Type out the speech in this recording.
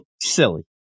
silly